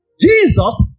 Jesus